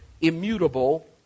immutable